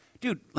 dude